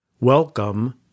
Welcome